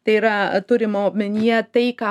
tai yra turima omenyje tai ką